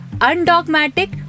undogmatic